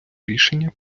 рішення